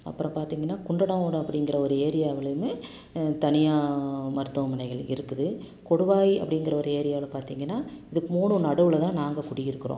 அப்புறம் பார்த்திங்கன்னா குண்டடம் ஊடு அப்படிங்கிற ஒரு ஏரியாவிலையுமே தனியார் மருத்துவமனைகள் இருக்குது கொடுவாயி அப்படிங்கிற ஒரு ஏரியாவில் பார்த்திங்கன்னா இதுக்கு மூணும் நடுவில் தான் நாங்கள் குடியிருக்கிறோம்